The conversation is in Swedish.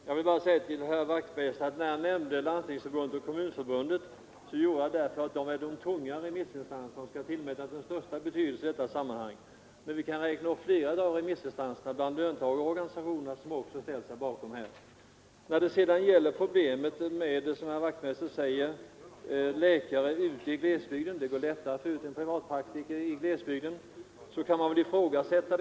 Herr talman! När jag nämnde Landstingsförbundet och Kommunförbundet, herr Wachtmeister i Staffanstorp, gjorde jag det därför att de är de tunga remissinstanserna och skall tillmätas den största betydelse i detta sammanhang. Men vi kan räkna upp flera av remissinstanserna bland löntagarorganisationerna som också ställt sig bakom förslaget. När det sedan gäller problemet med läkare i glesbygden säger herr Wachtmeister i Staffanstorp att det går lättare att få ut en privatpraktiker i glesbygden. Ja, det kan man väl ifrågasätta.